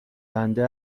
بنده